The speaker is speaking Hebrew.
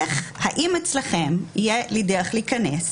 האם אצלכם תהיה לי דרך להיכנס